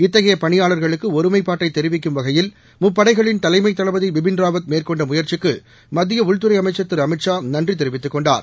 இத்தகையபணியாளர்களுக்குஒருமைப்பாட்டைதெரிவிக்கும் வகையில் முப்படைகளின் தலைமைதளபதிபின் ராவத் மேற்கொண்டமுயற்சிக்குமத்தியஉள்துறைஅமைச்சர் திரு அமித் ஷா நன்றிதெரிவித்துக் கொண்டார்